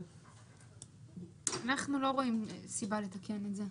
אנחנו לא רואים סיבה לתקן את זה,